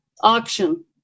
Auction